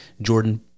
Jordan